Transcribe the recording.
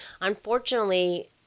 unfortunately